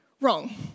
wrong